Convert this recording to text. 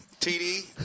TD